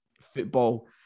football